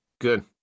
Good